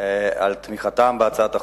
על תמיכתם בהצעת החוק,